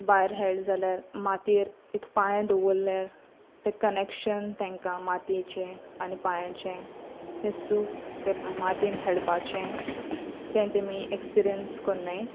भायर हेळे जाल्यार मातीर एक पांय दवरल्यार तें कनेक्शन तेंकां मातयेचे आनी पांयाचे तें सूख ते मातयेन हेळपाचे तें तेमी एक्सपिरियन्स करनाय